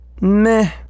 meh